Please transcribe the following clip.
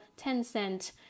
Tencent